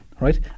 Right